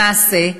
למעשה,